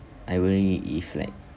I worry if like